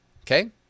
Okay